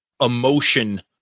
emotion